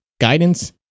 guidance